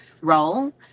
role